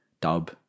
Dub